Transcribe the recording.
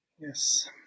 Yes